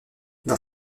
dans